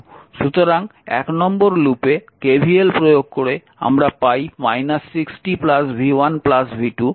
সুতরাং 1 নম্বর লুপে KVL প্রয়োগ করে আমরা পাই 60 v1 v2 0